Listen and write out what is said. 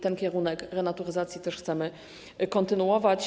Ten kierunek renaturyzacji też chcemy kontynuować.